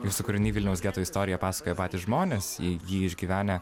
jūsų kūriniai vilniaus geto istoriją pasakoja patys žmonės į jį išgyvenę